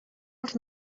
els